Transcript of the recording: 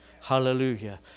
Hallelujah